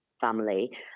family